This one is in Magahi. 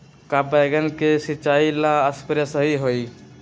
का बैगन के सिचाई ला सप्रे सही होई?